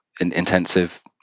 intensive